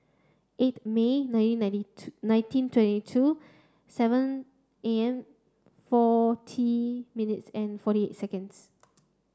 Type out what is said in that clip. eighth May nineteen ninety nineteen twenty two seven A M forty minutes and forty eight seconds